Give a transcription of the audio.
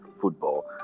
football